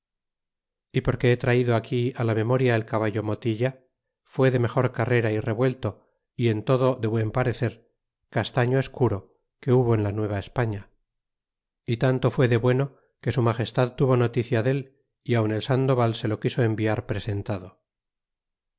y porque he traido aquí á la memoria del caballo motilla fué de mejor carrera y revuelto y en todo de buen parecer castaño escuro que hubo en la nueva españa y tanto fue de bueno que su magestad tuvo noticia dél y aun el sandoval se lo quiso enviar presentado